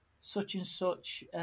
such-and-such